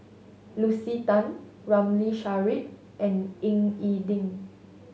Lucy Tan Ramli Sarip and Ying E Ding